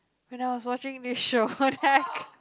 when I was watching this show then I